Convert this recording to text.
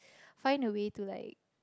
find a way to like